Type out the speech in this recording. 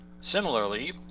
Similarly